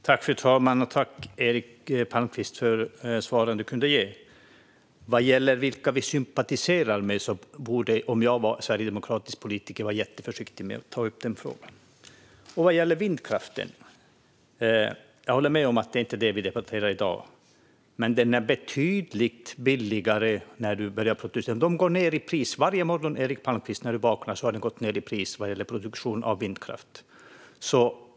Fru talman! Tack för svaren, Eric Palmqvist! Vad gäller vilka vi sympatiserar med skulle jag om jag var sverigedemokratisk politiker vara jätteförsiktig med att ta upp den frågan. Vad gäller vindkraften håller jag med om att det inte är den vi debatterar i dag. Men den är betydligt billigare när man börjar producera. Det går ned i pris hela tiden. Varje morgon du vaknar har produktionen av vindkraft gått ned i pris.